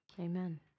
amen